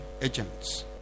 agents